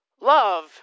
Love